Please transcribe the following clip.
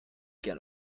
can